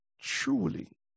truly